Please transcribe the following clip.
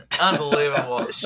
Unbelievable